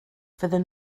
fydden